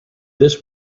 this